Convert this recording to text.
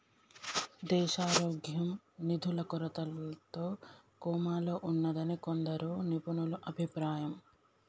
దేశారోగ్యం నిధుల కొరతతో కోమాలో ఉన్నాదని కొందరు నిపుణుల అభిప్రాయం